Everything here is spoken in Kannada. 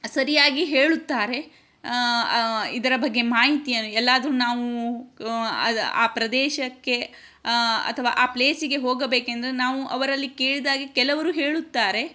ಸರಿಯಾಗಿ ಹೇಳುತ್ತಾರೆ ಇದರ ಬಗ್ಗೆ ಮಾಹಿತಿ ಎಲ್ಲಾದರೂ ನಾವು ಆ ಪ್ರದೇಶಕ್ಕೆ ಅಥವಾ ಆ ಪ್ಲೇಸಿಗೆ ಹೋಗಬೇಕೆಂದರೆ ನಾವು ಅವರಲ್ಲಿ ಕೇಳಿದಾಗೆ ಕೆಲವರು ಹೇಳುತ್ತಾರೆ